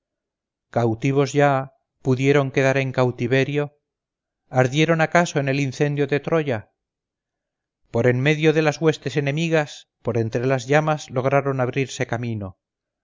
cautivos ya pudieron quedar en cautiverio ardieron acaso en el incendio de troya por en medio de las huestes enemigas por entre las llamas lograron abrirse camino